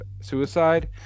suicide